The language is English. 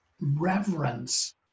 reverence